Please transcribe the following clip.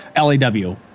LAW